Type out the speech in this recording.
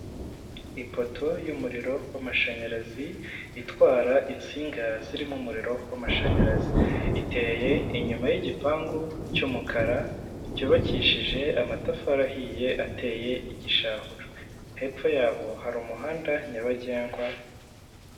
Ipoto y'umuriro wamashanyarazi, itwara insinga zirimo umuriro w'amashanyarazi, iteye inyuma y'igipangu cy'umukara cyubakishije amatafari ahiye ateye igishahura, hepfo yaho hari umuhanda nyabagendwa.